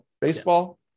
baseball